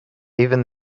even